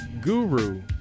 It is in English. Guru